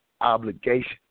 obligation